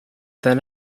then